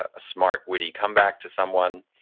ah smart, witty comeback to someone.